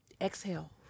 Exhale